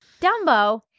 Dumbo